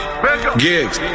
Gigs